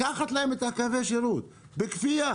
לקחת להם את קווי השירות בכפייה